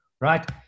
right